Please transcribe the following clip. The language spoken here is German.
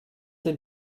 den